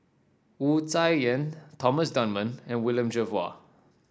Wu Tsai Yen Thomas Dunman and William Jervois